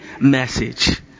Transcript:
message